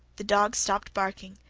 the dog stopped barking,